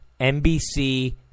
NBC